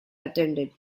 attended